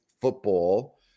football